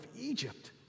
Egypt